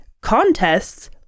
contests